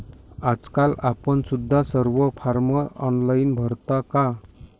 आजकाल आपण सुद्धा सर्व फॉर्म ऑनलाइन भरता का?